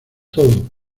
todo